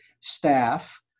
staff